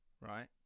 right